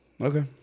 Okay